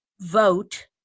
vote